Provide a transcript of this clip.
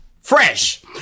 fresh